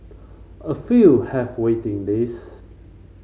a few have waiting list